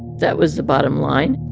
that was the bottom line